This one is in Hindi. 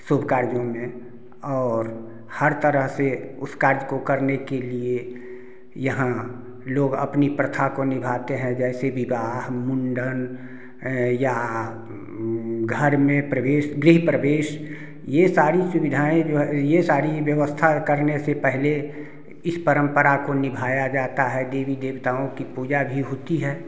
शुभ कार्यों में और हर तरह से उस कार्य को करने के लिए यहाँ लोग अपनी प्रथा को निभाते हैं जैसे विवाह मुंडन या घर में प्रवेश गृह प्रवेश यह सारी सुविधाएँ जो हैं यह सारी व्यवस्था करने से पहले इस परंपरा को निभाया जाता है देवी देवताओं की पूजा भी होती है